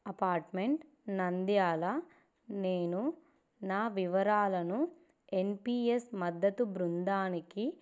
apartment Nandyal నేను నా వివరాలను ఎన్పీఎస్ మద్దతు బృందానికి